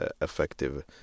effective